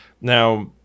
Now